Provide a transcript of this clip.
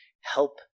help